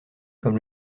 comme